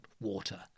water